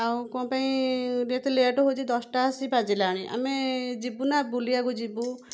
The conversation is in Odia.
ଆଉ କ'ଣ ପାଇଁ ଏତେ ଲେଟେ ହଉଛି ଦଶଟା ଆସି ବାଜିଲାଣି ଆମେ ଯିବୁ ନା ବୁଲିବାକୁ ଯିବୁ